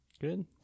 good